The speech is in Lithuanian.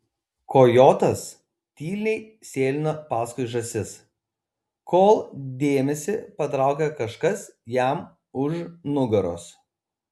kojotas tyliai sėlino paskui žąsis kol dėmesį patraukė kažkas jam už nugaros